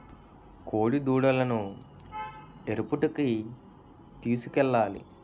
కోడిదూడలను ఎరుపూతకి తీసుకెళ్లాలి